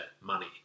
money